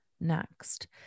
next